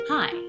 Hi